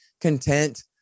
content